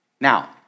Now